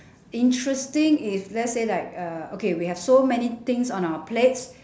interesting if let's say like uh okay we have so many things on our plates